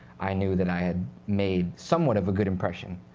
i knew that i had made somewhat of a good impression.